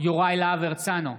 יוראי להב הרצנו,